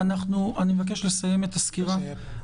אני מבקש לסיים את הסקירה.